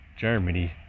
Germany